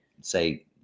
say